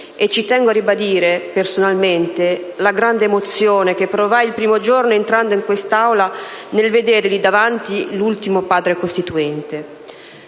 e ci tengo a ribadire, personalmente, la grande emozione che provai il primo giorno entrando in quest'Aula nel vedere lì davanti l'ultimo Padre costituente.